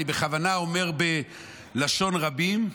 אני בכוונה אומר בלשון רבים,